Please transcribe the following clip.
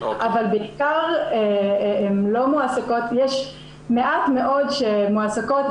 אבל בעיקר יש מעט מאוד שמועסקות,